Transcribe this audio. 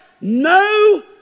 no